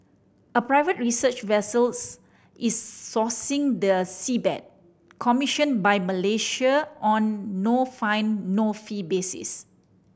a private research vessels is scouring the seabed commissioned by Malaysia on no find no fee basis